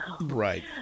Right